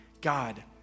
God